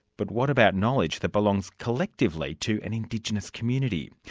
but what about knowledge that belong collectively to an indigenous community?